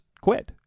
quit